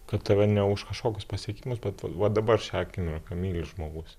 kad tave ne už kažkokius pasiekimus bet va dabar šią akimirką myli žmogus